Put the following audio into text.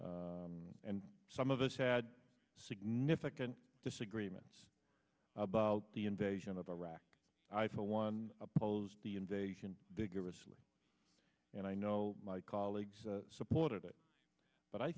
and some of us had significant disagreements about the invasion of iraq i for one opposed the invasion bigger recently and i know my colleagues supported it but i